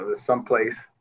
someplace